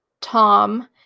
Tom